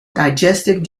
digestive